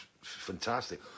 fantastic